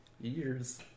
Years